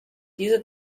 diese